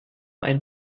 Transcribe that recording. einen